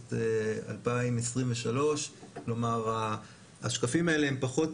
אוגוסט 2023. השקפים האלה הם פחות